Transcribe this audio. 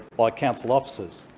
like council officers.